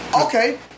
Okay